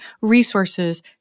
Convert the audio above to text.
resources